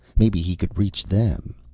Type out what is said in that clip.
maybe he could reach them.